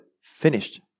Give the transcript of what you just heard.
finished